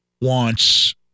wants